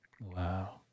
Wow